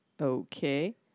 Okay